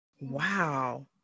Wow